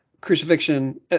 crucifixion